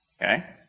Okay